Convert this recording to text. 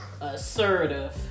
Assertive